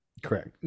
correct